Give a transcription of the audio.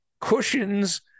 cushions